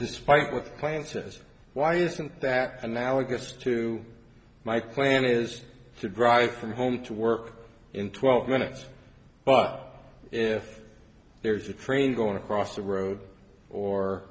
despite places why isn't that analogous to my plan is to drive from home to work in twelve minutes but there's a train going across the road